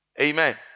Amen